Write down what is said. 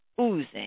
oozing